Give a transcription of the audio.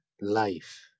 life